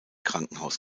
krankenhaus